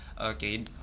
Okay